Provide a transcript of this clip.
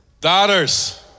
Daughters